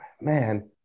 man